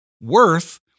worth